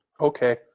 Okay